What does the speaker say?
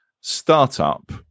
startup